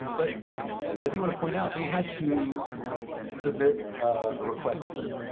but but i do want to point out, they had to submit a request for it.